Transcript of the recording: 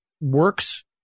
Works